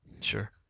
Sure